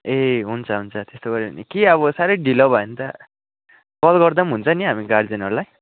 ए हुन्छ हुन्छ त्यस्तो गऱ्यो भने कि अब साह्रै ढिलो भयो भने त कल गर्दा पनि हुन्छ नि हामी गार्जेनहरूलाई